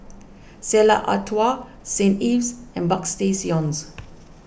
Stella Artois Saint Ives and Bagstationz